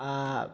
आ